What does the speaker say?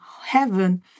heaven